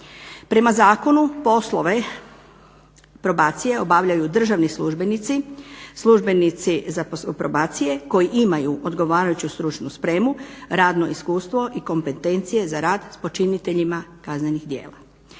Prema zakonu poslove probacije obavljaju državni službenici, službenici probacije koji imaju odgovarajuću stručnu spremu, radno iskustvo i kompetencije za rad s počiniteljima kaznenih dijela.